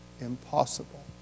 impossible